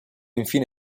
infine